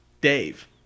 Dave